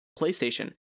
PlayStation